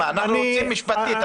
אנחנו רוצים משפטית.